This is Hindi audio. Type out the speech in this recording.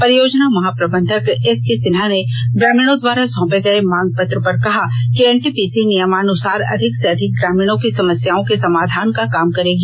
परियोजना महाप्रबंधक एस के सिन्हा ने ग्रामीणों द्वारा सौंपे गए मांग पत्र पर कहा कि एनटीपीसी नियमानुसार अधिक से अधिक ग्रामीणों की समस्याओं के समाधान का काम करेगी